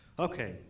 Okay